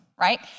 right